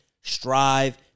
strive